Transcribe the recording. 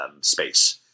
space